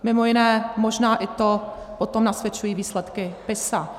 Mimo jiné možná i to, toto nasvědčují výsledky PISA.